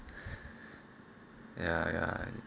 ya ya